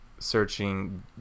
Searching